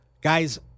Guys